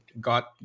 got